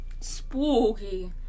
Spooky